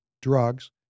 drugs